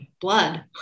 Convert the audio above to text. blood